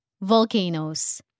volcanoes